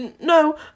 No